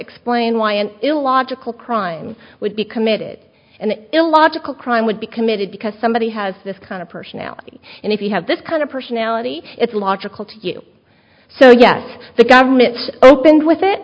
explain why an illogical crime would be committed and illogical crime would be committed because somebody has this kind of personality and if you have this kind of personality it's logical to you so yes the government's opened with it